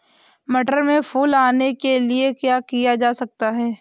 मटर में फूल आने के लिए क्या किया जा सकता है?